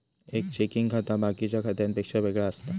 एक चेकिंग खाता बाकिच्या खात्यांपेक्षा वेगळा असता